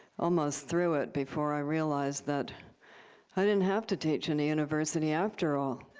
almost through it before i realized that i didn't have to teach in a university after all.